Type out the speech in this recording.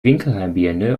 winkelhalbierende